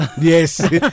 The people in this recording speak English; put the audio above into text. Yes